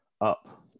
up